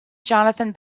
jonathan